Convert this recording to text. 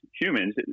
humans